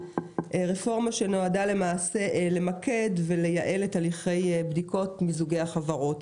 רפורמה שנועדה לייעל ולהקל על הליכי בדיקות מיזוגי החברות.